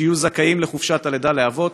שיהיו זכאים לחופשת לידה לאבות,